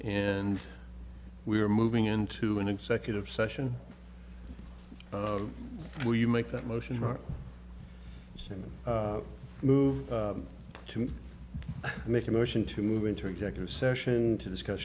and we are moving into an executive session where you make that motion and move to make a motion to move into executive session to discuss